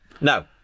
No